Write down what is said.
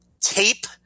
tape